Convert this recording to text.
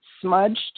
smudged